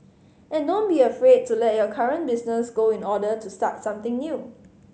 and don't be afraid to let your current business go in order to start something new